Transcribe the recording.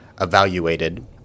evaluated